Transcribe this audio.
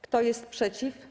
Kto jest przeciw?